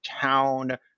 town